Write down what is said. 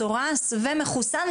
מסורס ומחוסן.